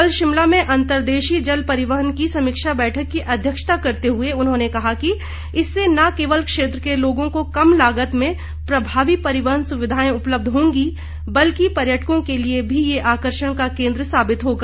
कल शिमला में अंतरदेशीय जल परिवहन की समीक्षा बैठक की अध्यक्षता करते हुए उन्होंने कहा कि इससे न केवल क्षेत्र के लोगों को कम लागत में प्रभावी परिवहन सुविधाएं उपलब्ध होंगी बल्कि पर्यटकों के लिए भी ये आकर्षण का केन्द्र साबित होगा